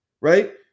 right